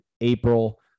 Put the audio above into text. April